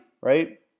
right